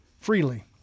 Freely